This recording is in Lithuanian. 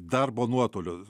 darbo nuotoliu